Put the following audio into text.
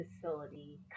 facility